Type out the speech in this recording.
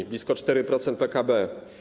To blisko 4% PKB.